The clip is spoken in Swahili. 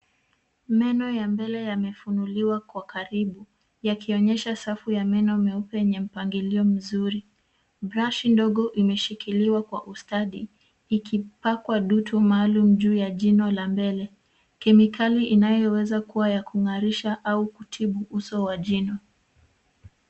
Meno ya mbele yamefunuliwa kwa karibu yakionyesha safu ya meno nyeupe yenye mpangilio mzuri. Brush ndogo imeshikiliwa kwa ustadi ikipakwa dutu maalum juu ya jino la mbele. Kemikali inayoweza kuwa ya kung'arisha au kutibu uso wa jino.